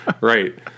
Right